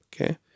okay